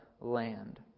land